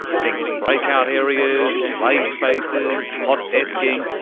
think break-out areas, play spaces, hot-desking,